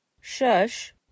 Shush